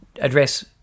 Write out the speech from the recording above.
address